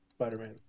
Spider-Man